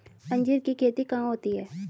अंजीर की खेती कहाँ होती है?